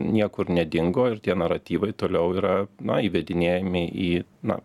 niekur nedingo ir tie naratyvai toliau yra na įvedinėjami į na